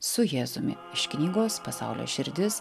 su jėzumi iš knygos pasaulio širdis